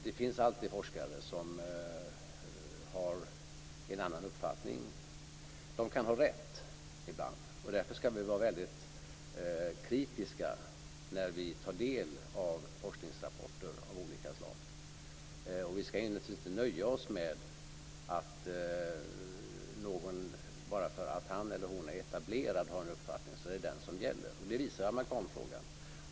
Det finns alltid forskare som har en annan uppfattning. Ibland kan de ha rätt. Därför skall vi vara väldigt kritiska när vi tar del av forskningsrapporter av olika slag. Vi skall naturligtvis inte nöja oss med att bara för att den som är etablerad har en uppfattning skall det vara den som gäller. Det visar amalgamfrågan.